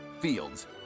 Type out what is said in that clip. fields